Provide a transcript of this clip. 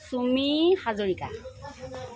Chumi Hazarika